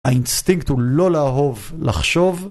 האינסטינקט הוא לא לאהוב לחשוב